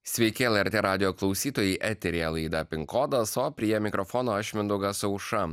sveiki lrt radijo klausytojai eteryje laida pin kodas o prie mikrofono aš mindaugas aušra